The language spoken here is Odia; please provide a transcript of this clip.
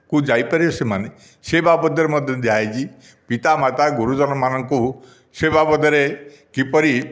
କୁ ଯାଇପାରିବେ ସେମାନେ ସେ ବାବଦରେ ମଧ୍ୟ ଦିଆହେଇଛି ପିତାମାତା ଗୁରୁଜନମାନଙ୍କୁ ସେ ବାବଦରେ କିପରି